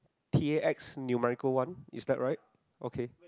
T_A_S numerical one is that right